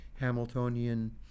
Hamiltonian